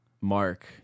Mark